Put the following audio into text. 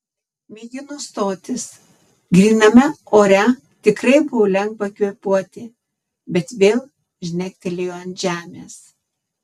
mėgino stotis gryname ore tikrai buvo lengva kvėpuoti bet vėl žnektelėjo ant žemės